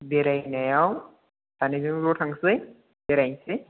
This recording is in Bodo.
बेरायनायाव सानैजों ज' थांसै बेरायसै